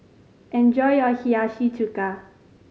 enjoy your Hiyashi Chuka